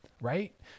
Right